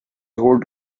holt